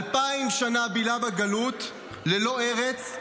בילה בגלות 2,000 שנה ללא ארץ,